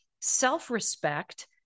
self-respect